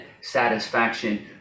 satisfaction